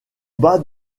bas